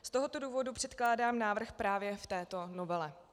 Z tohoto důvodu předkládám návrh právě v této novele.